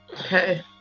Okay